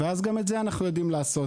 גם את זה אנחנו יודעים לעשות.